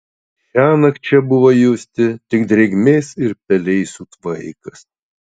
šiąnakt čia buvo justi tik drėgmės ir pelėsių tvaikas